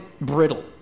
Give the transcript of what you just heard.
brittle